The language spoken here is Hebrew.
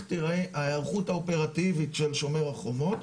תיראה ההיערכות האופרטיבית של שומר החומות.